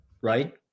right